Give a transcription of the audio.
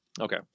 Okay